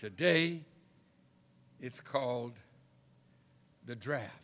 today it's called the draft